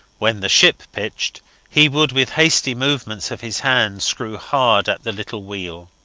when the ship pitched he would with hasty movements of his hands screw hard at the little wheel.